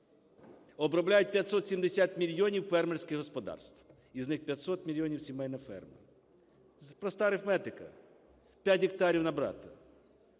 Обробляють 570 мільйонів фермерських господарств, із них 500 мільйонів - сімейна ферма. Проста арифметика. 5 гектарів на брата.